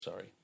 Sorry